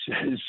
says